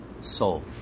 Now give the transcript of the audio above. soul